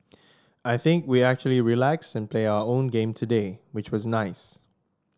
I think we actually relaxed and play our own game today which was nice